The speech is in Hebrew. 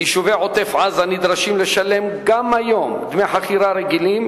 ביישובי עוטף-עזה נדרשים לשלם גם היום דמי חכירה רגילים,